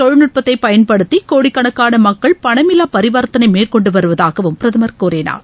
தொழில்நுட்பத்தை பயன்படுத்தி கோடிக்கணக்கான மக்கள் பணமில்லா பரிவர்த்தனை இந்த மேற்கொண்டுவருவதாகவும் பிரதமர் கூறினார்